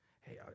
Hey